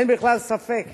אין בכלל ספק